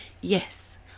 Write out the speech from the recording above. yes